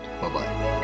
Bye-bye